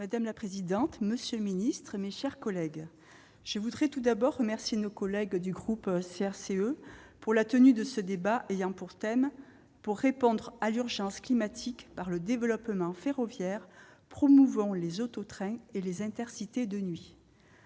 Madame la présidente, monsieur le secrétaire d'État, mes chers collègues, je tiens à remercier nos collègues du groupe CRCE pour la tenue de ce débat sur le thème :« Pour répondre à l'urgence climatique par le développement ferroviaire : promouvons les auto-trains et les Intercités de nuit.